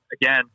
again